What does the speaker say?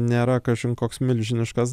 nėra kažin koks milžiniškas